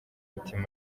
mitima